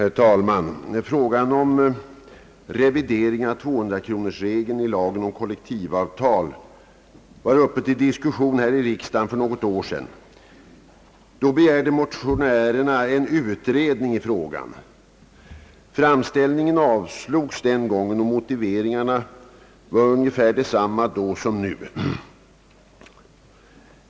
Herr talman! När frågan om revidering av 200-kronorsregeln i lagen om kollektivavtal för något år sedan var uppe till diskussion här i riksdagen, begärde motionärerna en utredning i frågan. Framställningen avslogs den gången, och motiveringarna var då ungefär desamma som nu.